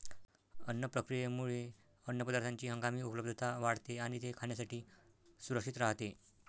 अन्न प्रक्रियेमुळे अन्नपदार्थांची हंगामी उपलब्धता वाढते आणि ते खाण्यासाठी सुरक्षित राहते